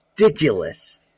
ridiculous